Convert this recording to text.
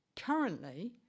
Currently